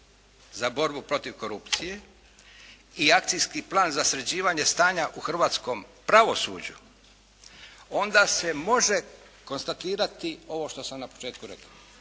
za borbu protiv korupcije i akcijski plan za sređivanje stanja u hrvatskom pravosuđu onda se može konstatirati ovo što sam na početku rekao.